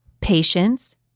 patience